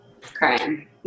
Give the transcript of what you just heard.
crying